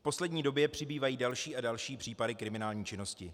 V poslední době přibývají další a další případy kriminální činnosti.